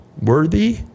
worthy